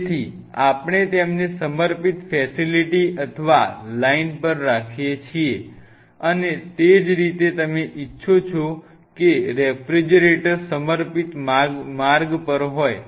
તેથી આપણે તેમને સમર્પિત ફેસિલિટી અથવા લાઈન પર રાખીએ છીએ અને તે જ રીતે તમે ઇચ્છો છો કે રેફ્રિજરેટર સમર્પિત માર્ગ પર હોય